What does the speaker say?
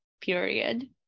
period